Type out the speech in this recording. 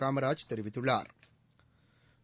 காமராஜ் தெரிவித்துள்ளாா்